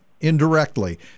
indirectly